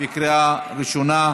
לקריאה ראשונה.